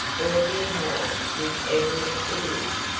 or deer hollow which ever it is.